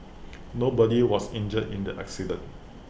nobody was injured in the accident